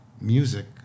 music